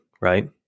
right